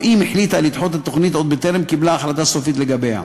או אם החליטה לדחות את התוכנית עוד בטרם קיבלה החלטה סופית לגביה.